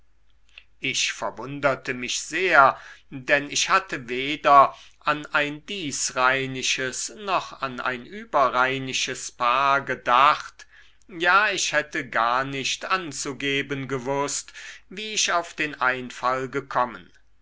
ich verwunderte mich sehr denn ich hatte weder an ein diesrheinisches noch an ein überrheinisches paar gedacht ja ich hätte gar nicht anzugeben gewußt wie ich auf den einfall gekommen